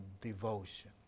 devotion